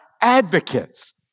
advocates